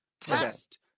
test